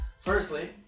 Firstly